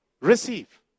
receive